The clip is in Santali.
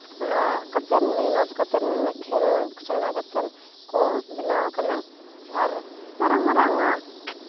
ᱚᱱᱟ ᱠᱟᱛᱮᱱ ᱢᱮᱦᱱᱚᱛ ᱠᱟᱛᱮᱱ ᱠᱷᱮᱞ ᱥᱮᱬᱟ ᱠᱟᱛᱮᱱ ᱠᱚ ᱵᱮᱱᱟᱣ ᱠᱟᱱᱟ ᱟᱨ ᱢᱟᱨᱟᱝ ᱢᱟᱨᱟᱝ ᱟᱜ